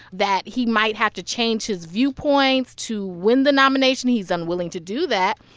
that he might have to change his viewpoints to win the nomination. he's unwilling to do that.